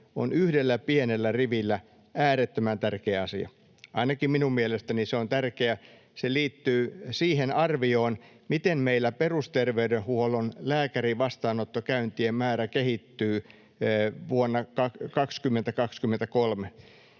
on yhdellä pienellä rivillä äärettömän tärkeä asia. Ainakin minun mielestäni se on tärkeä. Se liittyy siihen arvioon, miten meillä perusterveydenhuollon lääkärivastaanottokäyntien määrä kehittyy vuosina 20—23.